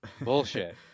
bullshit